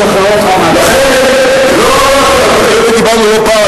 היות שדיברנו לא פעם,